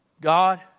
God